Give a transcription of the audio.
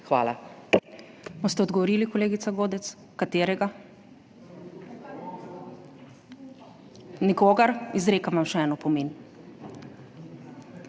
Hvala.